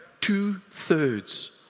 Two-thirds